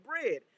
bread